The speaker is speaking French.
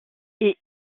est